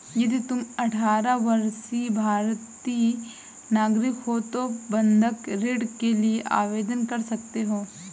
यदि तुम अठारह वर्षीय भारतीय नागरिक हो तो बंधक ऋण के लिए आवेदन कर सकते हो